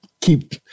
keep